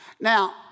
Now